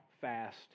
fast